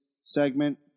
segment